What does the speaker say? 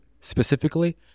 specifically